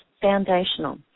foundational